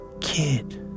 kid